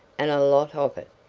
and a lot of it.